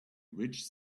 rich